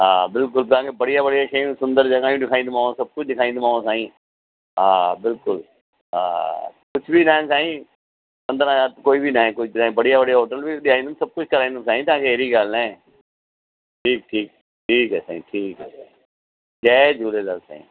हा बिल्कुलु तव्हांखे बढ़िया बढ़िया शयूं सुंदर जॻहूं ॾेखारींदोमाव सभु कुझु ॾेखारींदोमाव साईं हा बिल्कुलु हा कुझु बि न आहिनि साई पंद्रहं हज़ार कोई बि न आहे कोई बढ़िया बढ़िया होटल बि ॾेयारींदुमि सभु कुझु कराईंदुमि साईं तव्हांखे अहिड़ी ॻाल्हि न आहे ठीकु ठीकु ठीकु आहे साईं ठीकु आहे जय झूलेलाल साईं